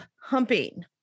humping